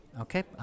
Okay